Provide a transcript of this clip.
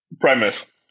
Premise